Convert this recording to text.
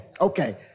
Okay